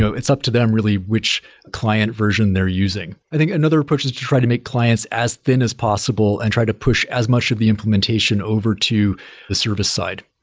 so it's up to them really which client version they're using i think another approach is to try to make clients as thin as possible and try to push as much of the implementation over to the service side.